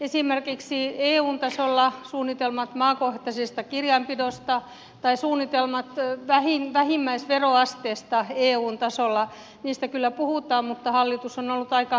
esimerkiksi eun tasolla suunnitelmista maakohtaisesta kirjanpidosta tai suunnitelmista vähimmäisveroasteesta kyllä puhutaan mutta hallitus on ollut aika laiska niissä